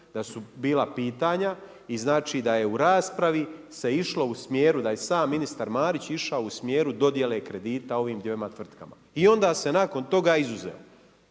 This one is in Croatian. da su bila pitanja i da je u raspravi se išlo u smjeru da je sam ministar Marić išao u smjeru dodjele kredita ovim dvjema tvrtkama. I onda se nakon toga izuzeo.